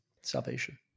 Salvation